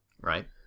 Right